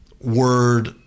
Word